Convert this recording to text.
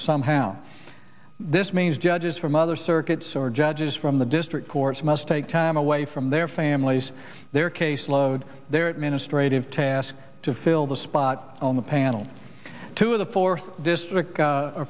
somehow this means judges from other circuits or judges from the district courts must take time away from their families their caseload their ministry of tasks to fill the spot on the panel two of the fourth district